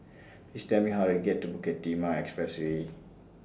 Please Tell Me How to get to Bukit Timah Expressway